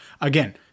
again